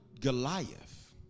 Goliath